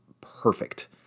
perfect